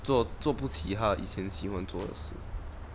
做做不起他以前喜欢做的事